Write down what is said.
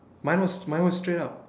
mine was mine was straight up